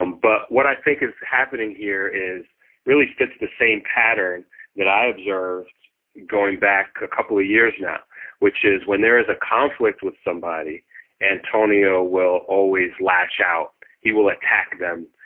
um but what i think is happening here is really fits the same pattern that i observed going back a couple of years now which is when there is a conflict with somebody antonio will always lash out he will attack them.